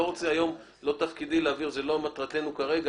לא תפקידי להעביר וזו לא מטרתנו כרגע,